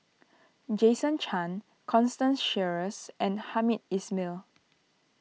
Jason Chan Constance Sheares and Hamed Ismail